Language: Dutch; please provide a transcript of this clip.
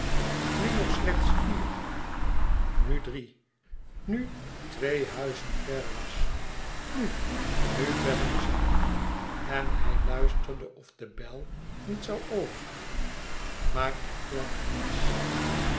nu nog slechts vier nu drie nu twee huizen ver was nu nu bellen zoû en hij luisterde of de bel niet zoû overgaan maar er klonk niets